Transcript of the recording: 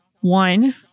one